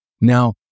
Now